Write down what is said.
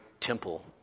temple